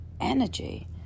energy